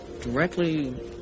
directly